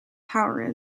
power